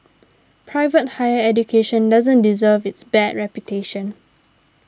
private higher education doesn't deserve its bad reputation